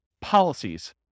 policies